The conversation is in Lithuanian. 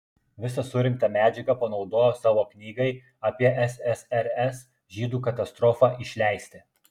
visą surinktą medžiagą panaudojo savo knygai apie ssrs žydų katastrofą išleisti